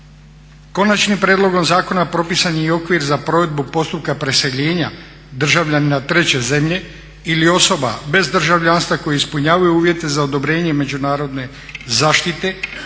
Konačnim prijedlogom zakona propisan je i okvir za provedbu postupka preseljenja državljana treće zemlje ili osoba bez državljanstva koji ispunjavaju uvjete za odobrenje međunarodne zaštite